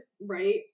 right